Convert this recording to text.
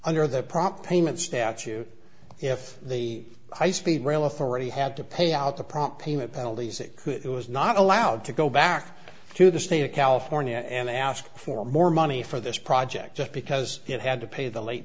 under the prop payment statute if the high speed rail authority had to pay out the prompt payment penalties it could it was not allowed to go back to the state of california and ask for more money for this project just because it had to pay the late